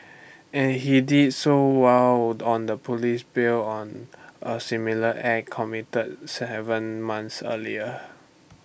and he did so while on the Police bail on A similar act committed Seven months earlier